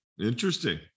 interesting